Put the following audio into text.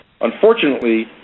Unfortunately